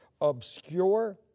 obscure